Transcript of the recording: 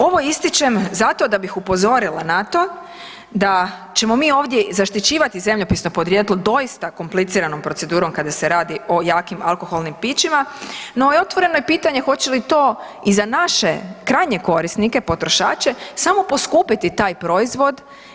Ovo ističem zato da bih upozorila na to da ćemo mi ovdje zaštićivati zemljopisno podrijetlo doista kompliciranom procedurom kada se radi o jakim alkoholnim pićima, no otvoreno je pitanje hoće li to i za naše krajnje korisnike, potrošače samo poskupiti taj proizvod.